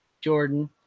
Jordan